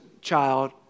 child